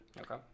okay